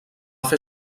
fer